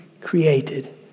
created